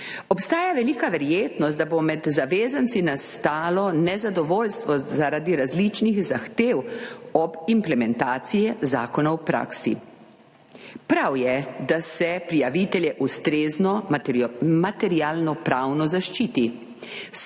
Obstaja velika verjetnost, da bo med zavezanci nastalo nezadovoljstvo zaradi različnih zahtev ob implementaciji zakona v praksi. Prav je, da se prijavitelje ustrezno materialnopravno zaščiti.